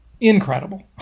Incredible